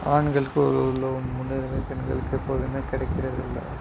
ஆண்களுக்கு ஒரு உள்ள முன்னுரிமை பெண்களுக்கு எப்போதும் கிடக்கிறது இல்ல